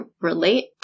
relate